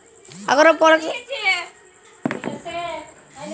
আগ্র ফরেষ্ট্রীর অলেক উপকার আছে যেমল সেটা ক্যরে বিভিল্য রকমের সম্পদ পাই